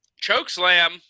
chokeslam